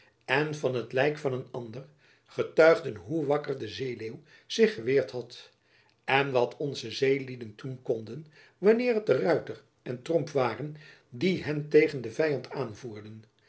en van het lijk van een ander getuigden hoe wakker de zeeleeuw zich geweerd had en wat onze zeelieden doen konden wanneer het de ruyter en tromp waren die hen tegen den vyand aanvoerden